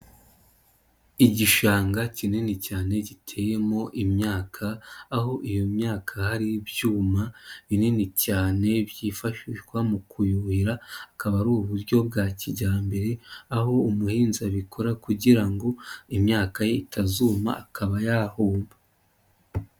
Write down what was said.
Igishanga kinini cyane giteyemo imyaka. Aho iyo myaka hari ibyuma, binini cyane byifashishwa mu kuyuhira. Akaba ari uburyo bwa kijyambere, aho umuhinzi abikora kugira ngo imyaka ye itazuma akaba yahomba.